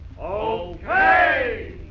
Okay